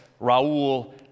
Raul